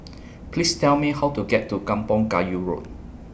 Please Tell Me How to get to Kampong Kayu Road